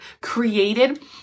created